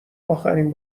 اخرین